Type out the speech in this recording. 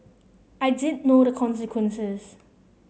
I didn't know the consequences